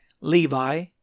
Levi